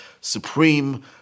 supreme